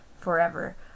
forever